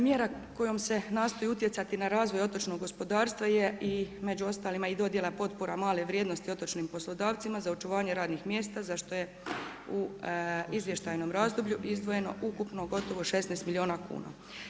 Mjera kojom se nastoji utjecati na razvoj otočnog gospodarstva je i među ostalima i dodjela potpora male vrijednosti otočnim poslodavcima za očuvanje radnih mjesta za što je u izvještajnom razdoblju izdvojeno ukupno gotovo 16 milijuna kuna.